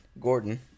Gordon